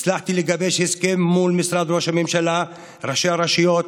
הצלחתי לגבש הסכם מול משרד ראש הממשלה וראשי הרשויות,